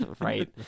right